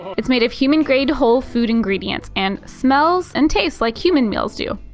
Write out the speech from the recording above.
it's made of human grade whole food ingredients and smells and tastes like human meals do.